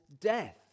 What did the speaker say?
death